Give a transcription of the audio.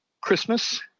Christmas